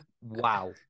wow